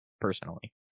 personally